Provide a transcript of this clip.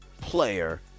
player